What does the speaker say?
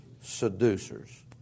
Seducers